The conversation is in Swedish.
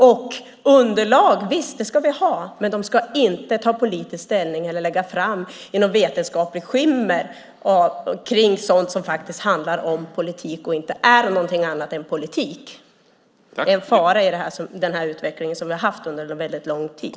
Vi ska ha underlag, men de ska inte ta politisk ställning eller i ett vetenskapligt skimmer lägga fram sådant som är politik och inget annat. Det är en fara i den utveckling som vi har haft under lång tid.